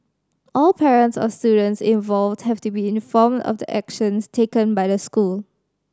all parents of students involved have been informed of the actions taken by the school